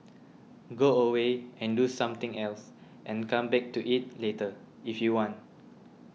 go away and do something else and come back to it later if you want